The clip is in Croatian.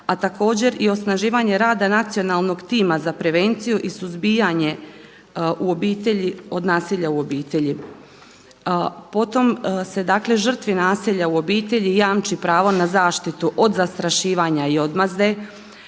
a također i osnaživanje rada Nacionalnog tima za prevenciju i suzbijanje u obitelji od nasilja u obitelji. Potom se dakle žrtvi nasilja u obitelji jamči pravo na zaštitu od zastrašivanja i odmazde,